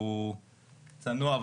שהוא צנוע,